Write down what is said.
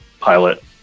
pilot